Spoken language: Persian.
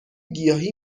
گیاهی